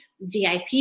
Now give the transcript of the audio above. VIP